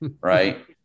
Right